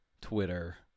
Twitter